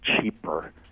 cheaper